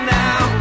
now